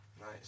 Nice